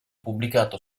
pubblicato